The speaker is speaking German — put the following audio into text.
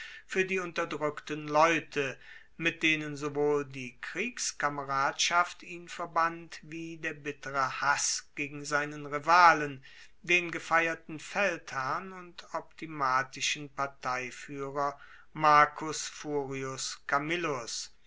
fuer die unterdrueckten leute mit denen sowohl die kriegskameradschaft ihn verband wie der bittere hass gegen seinen rivalen den gefeierten feldherrn und optimatischen parteifuehrer marcus furius camillus